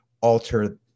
alter